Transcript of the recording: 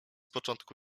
początku